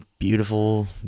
beautiful